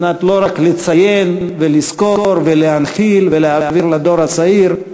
כדי לא רק לציין ולזכור ולהנחיל ולהעביר לדור הצעיר,